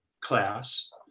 class